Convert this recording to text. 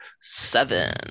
Seven